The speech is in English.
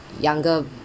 younger